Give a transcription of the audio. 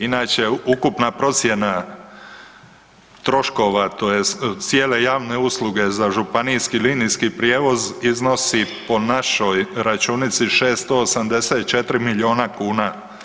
Inače, ukupna procjena troškova tj. cijele javne usluge za županijski linijski prijevoz iznosi po našoj računici 684 milijuna kuna.